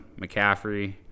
McCaffrey